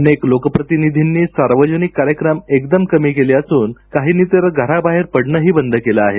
अनेक लोकप्रतिनिधींनी सार्वजनिक कार्यक्रम एकदम कमी केले असून काहींनी तर घराबाहेर पडणेच बंद केले आहे